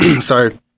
sorry